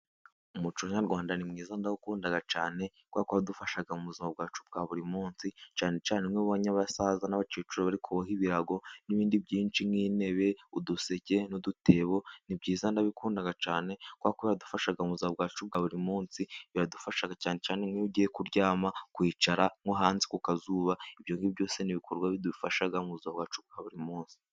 Umuco nyarwanda ni mwiza ndawukunda cyane, kubera ko uradufasha mu buzima bwacu bwa buri munsi, cyane cyane nk'ibyo ubonye abasaza n'abakecuru bari kuboha ibirago n'ibindi byinshi, nk'intebe , uduseke, n'udutebo ni byiza ndabikunda cyane kuko gukora yadufasha mu za bwacu bwa buri munsi, biradufasha cyane cyane nk' ugiye kuryama, kwicara nko hanze ku kazuba, ibyo nk'ibyo byose ni ibikorwa bidufasha mu buzima bwacu bwa buri munsi.